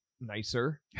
nicer